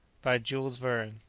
by jules verne.